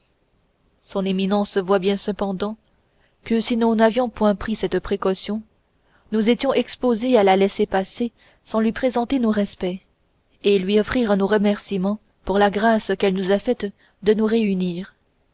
son éminence voit bien cependant que si nous n'avions point pris cette précaution nous étions exposés à la laisser passer sans lui présenter nos respects et lui offrir nos remerciements pour la grâce qu'elle nous a faite de nous réunir